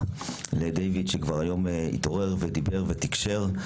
לדיוויד שכבר היום התעורר ודיבר ותקשר.